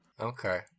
Okay